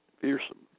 fearsome